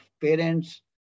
parents